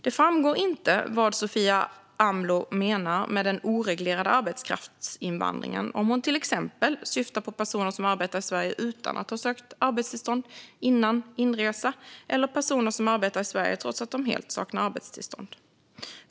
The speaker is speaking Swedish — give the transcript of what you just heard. Det framgår inte vad Sofia Amloh menar med den oreglerade arbetskraftsinvandringen - till exempel om hon syftar på personer som arbetar i Sverige utan att ha sökt arbetstillstånd före inresa eller på personer som arbetar i Sverige trots att de helt saknar arbetstillstånd.